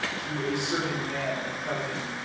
to a certain man, and tell him,